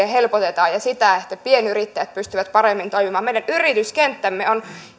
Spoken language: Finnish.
helpotetaan ja sitä että pienyrittäjät pystyvät paremmin toimimaan meidän yrityskenttämme on